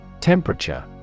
Temperature